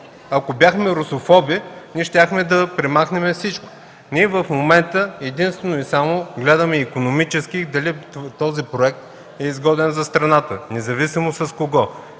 Ако бяхме русофоби, щяхме да премахнем всичко. В момента единствено и само гледаме икономически и дали този проект е изгоден за страната, независимо с кого.